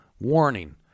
Warning